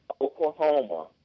Oklahoma